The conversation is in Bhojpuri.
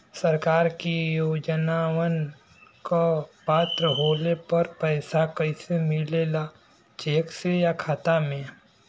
सरकार के योजनावन क पात्र होले पर पैसा कइसे मिले ला चेक से या खाता मे?